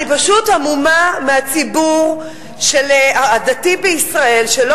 אני פשוט המומה מהציבור הדתי בישראל שלא